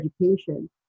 education